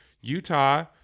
Utah